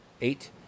Eight